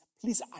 please